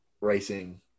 racing